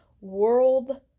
World